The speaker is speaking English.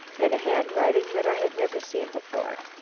in a handwriting that i had never seen before,